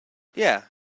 yeah